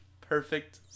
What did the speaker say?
perfect